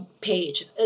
page